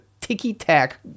ticky-tack